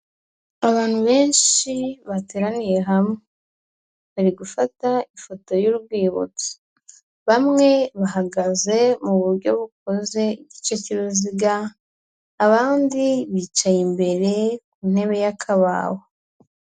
Abantu benshi bateraniye, hamwe bari gufata ifoto y'urwibutso, bamwe bahagaze mu buryo bukoze igice cy'uruziga abandi bicaye imbere ku ntebe y'akabaho.